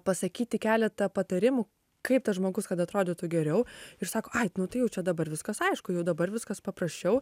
pasakyti keletą patarimų kaip tas žmogus kad atrodytų geriau ir sako ai tnu tai jau čia dabar viskas aišku jau dabar viskas paprasčiau